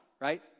right